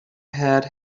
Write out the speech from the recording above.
had